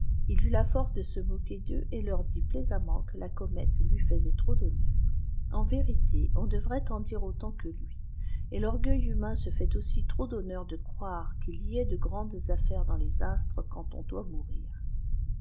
h eut la force de se moquer d'eux et leur dit plaisamment que la comète lui faisait trop d'honneur en vérité on devrait en dire autant que lui et l'orgueil humain se fait aussi trop d'honneur de croire qu'il y ait de grandes affaires dans les astres quand on doit mourir